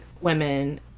women